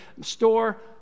store